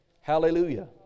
Hallelujah